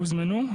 הוזמנו?